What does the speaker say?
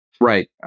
Right